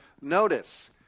Notice